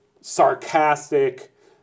sarcastic